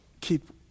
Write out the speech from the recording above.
keep